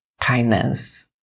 kindness